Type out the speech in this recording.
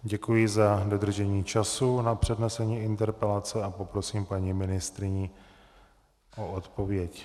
Děkuji za dodržení času na přednesení interpelace a poprosím paní ministryni o odpověď.